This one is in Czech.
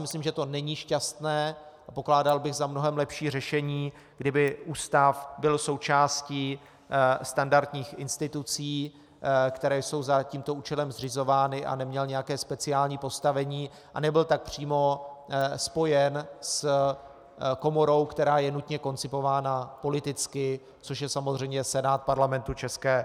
Myslím si, že to není šťastné, a pokládal bych za mnohem lepší řešení, kdyby ústav byl součástí standardních institucí, které jsou za tímto účelem zřizovány, a neměl nějaké speciální postavení a nebyl tak přímo spojen s komorou, která je nutně koncipována politicky, což je samozřejmě Senát Parlamentu ČR.